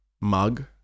mug